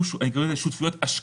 אני קורא לו שותפויות השקעה.